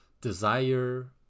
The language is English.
desire